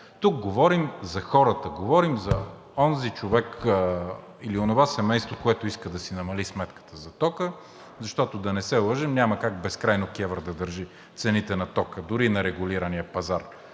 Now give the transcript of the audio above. Тук говорим за хората, говорим за онзи човек или онова семейство, което иска да си намали сметката за ток, защото, да не се лъжем, няма как безкрайно КЕВР да държи цените на тока дори и на регулирания пазар